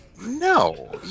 No